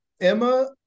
Emma